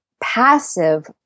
passive